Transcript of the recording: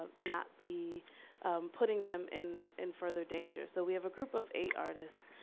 ah not be putting them in in further danger? so we have a group of eight artists.